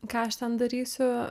ką aš ten darysiu